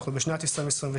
אנחנו בשנת 2022,